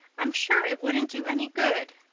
i'm sure it wouldn't do any good.